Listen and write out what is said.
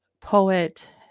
poet